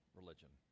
religion